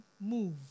move